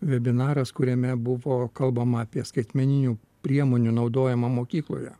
vebinaras kuriame buvo kalbama apie skaitmeninių priemonių naudojimą mokykloje